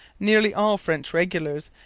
nearly all french regulars,